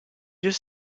yeux